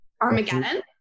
Armageddon